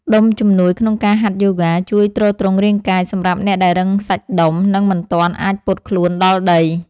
ដុំជំនួយក្នុងការហាត់យូហ្គា ជួយទ្រទ្រង់រាងកាយសម្រាប់អ្នកដែលរឹងសាច់ដុំ និងមិនទាន់អាចពត់ខ្លួនដល់ដី។